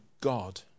God